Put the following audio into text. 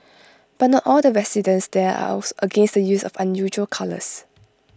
but not all the residents there are against the use of unusual colours